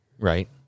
Right